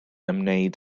ymwneud